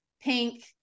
pink